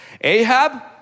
Ahab